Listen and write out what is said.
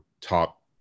top